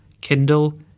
Kindle